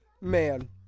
man